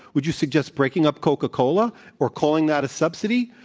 would you suggest breaking up coca-cola or calling that a subsidy?